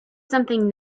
something